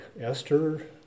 esther